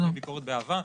היא ביקורת באהבה.